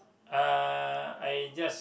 uh I just